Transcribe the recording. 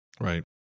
right